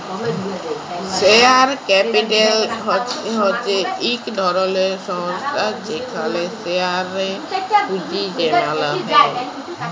share capital হছে ইক ধরলের সংস্থা যেখালে শেয়ারে পুঁজি জ্যমালো হ্যয়